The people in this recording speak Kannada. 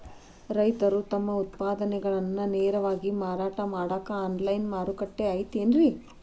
ರೈತರು ತಮ್ಮ ಉತ್ಪನ್ನಗಳನ್ನ ನೇರವಾಗಿ ಮಾರಾಟ ಮಾಡಾಕ ಆನ್ಲೈನ್ ಮಾರುಕಟ್ಟೆ ಐತೇನ್ರಿ?